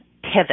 pivot